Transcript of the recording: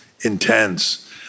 intense